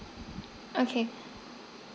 okay